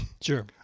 Sure